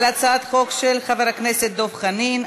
על הצעת החוק של חבר הכנסת דב חנין: